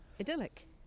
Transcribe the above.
idyllic